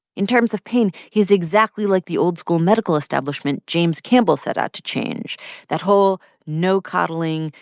in terms of pain, he's exactly like the old-school medical establishment james campbell set out to change that whole no-coddling,